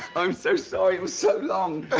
i'm so sorry it was so long.